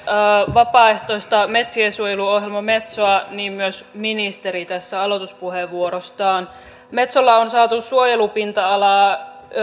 vapaaehtoista metsiensuojeluohjelma metsoa niin myös ministeri tässä aloituspuheenvuorossaan metsolla on saatu suojelupinta alaa